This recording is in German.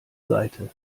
seite